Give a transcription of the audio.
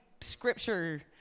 scripture